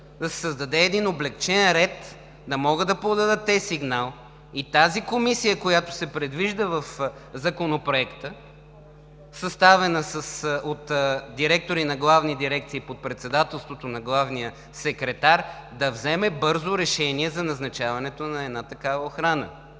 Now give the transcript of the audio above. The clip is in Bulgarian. да се създаде един облекчен ред да могат да подадат сигнал, и тази комисия, която се предвижда в Законопроекта, съставена от директори на главни дирекции под председателството на главния секретар, да вземе бързо решение за назначаването на такава охрана.